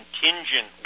contingent